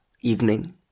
evening